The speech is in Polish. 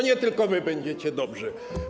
Nie tylko wy będziecie dobrzy.